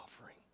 offering